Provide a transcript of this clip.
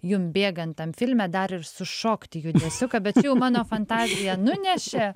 jum bėgant tam filme dar ir sušokti judesiuką bet čia jau mano fantazija nunešė